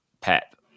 Pep